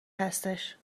هستش